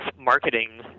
marketing